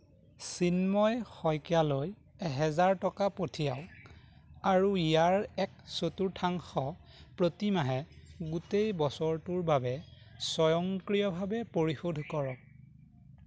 চিন্ময় শইকীয়ালৈ এহেজাৰ টকা পঠিয়াওক আৰু ইয়াৰ এক চতুৰ্থাংশ প্ৰতিমাহে গোটেই বছৰটোৰ বাবে স্বয়ংক্ৰিয়ভাৱে পৰিশোধ কৰক